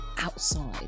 outside